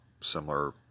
similar